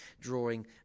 drawing